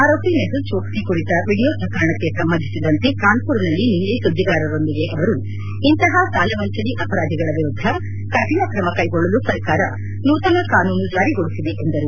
ಆರೋಪಿ ಮೆಹುಲ್ ಜೋಕ್ವಿ ಕುರಿತ ವಿಡಿಯೋ ಪ್ರಕರಣಕ್ಷೆ ಸಂಬಂಧಿಸಿದಂತೆ ಕಾನ್ಪುರ್ನಲ್ಲಿ ನಿನ್ನೆ ಸುದ್ದಿಗಾರರೊಂದಿಗೆ ಅವರು ಇಂತಹ ಸಾಲ ವಂಚನೆ ಅಪರಾಧಿಗಳ ವಿರುದ್ದ ಕಠಿಣ ಕ್ರಮ ಕೈಗೊಳ್ಳಲು ಸರ್ಕಾರ ನೂತನ ಕಾನೂನು ಜಾರಿಗೊಳಿಸಿದೆ ಎಂದರು